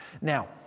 Now